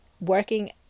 working